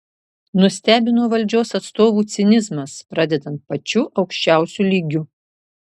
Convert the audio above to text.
nustebino valdžios atstovų cinizmas pradedant pačiu aukščiausiu lygiu